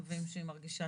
מקווים שהיא מרגישה